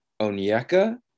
Onyeka